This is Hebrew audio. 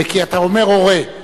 כי אתה אומר: הורה.